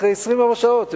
אחרי 24 שעות,